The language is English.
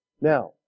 Now